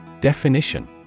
Definition